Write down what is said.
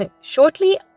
shortly